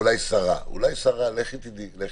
אולי שרה, לכי תדעי.